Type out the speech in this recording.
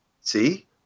see